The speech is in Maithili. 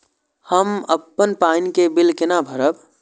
हम अपन पानी के बिल केना भरब?